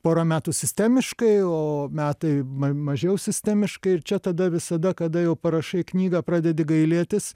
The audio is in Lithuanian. porą metų sistemiškai o metai mažiau sistemiškai ir čia tada visada kada jau parašai knygą pradedi gailėtis